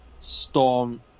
Storm